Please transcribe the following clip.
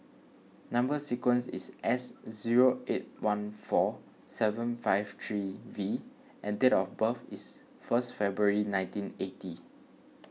Number Sequence is S zero eight one four seven five three V and date of birth is first February nineteen eighty